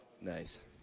Nice